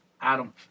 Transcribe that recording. Adam